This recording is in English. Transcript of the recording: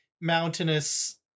mountainous